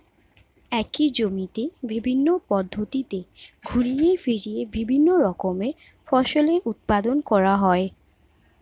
একই জমিতে বিভিন্ন পদ্ধতিতে ঘুরিয়ে ফিরিয়ে বিভিন্ন রকমের ফসলের উৎপাদন করা হয়